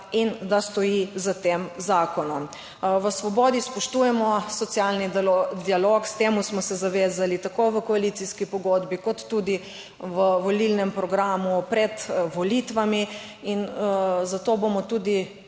in da stoji za tem zakonom. V Svobodi spoštujemo socialni dialog. K temu smo se zavezali tako v koalicijski pogodbi kot tudi v volilnem programu pred volitvami in zato bomo tudi